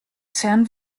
san